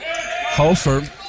Hofer